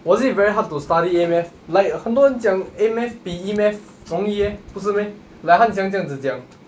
was it very hard to study A math like 很多人讲 A math 比 E math 容易 eh 不是 meh like 他们很喜欢这样子讲